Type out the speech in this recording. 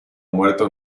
muerto